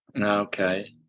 Okay